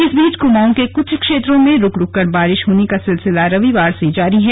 इस बीच कुमाऊं के कुछ क्षेत्रों में रुक रुक कर बारिश होने का सिलसिला रविवार से ही जारी है